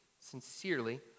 sincerely